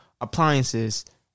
appliances